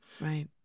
Right